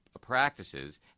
Practices